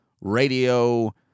radio